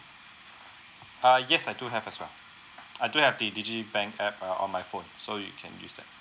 err yes I do have as well I do have the digi bank app uh on my phone so you can use that